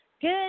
Good